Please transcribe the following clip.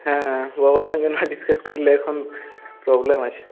হ্যাঁ বাবার সঙ্গে না ডিসকাস করলে এখন প্রবলেম আছে